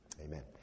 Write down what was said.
Amen